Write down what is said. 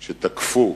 שתקפו,